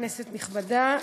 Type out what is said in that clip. כנסת נכבדה,